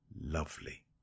lovely